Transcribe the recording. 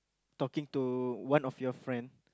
talking to one of your friend